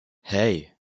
hey